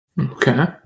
Okay